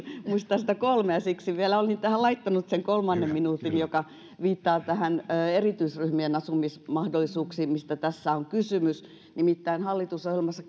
että kolme ja siksi olin tähän laittanut vielä sen kolmannen minuutin joka viittaa erityisryhmien asumismahdollisuuksiin mistä tässä on kysymys nimittäin hallitusohjelmassa